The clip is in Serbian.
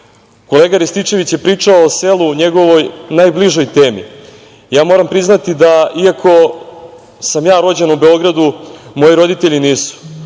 mislim. Kolega Rističević je pričao o selu, o njegovoj najbližoj temi. Ja moram priznati da, iako sam ja rođen u Beogradu, moji roditelji nisu.